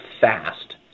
fast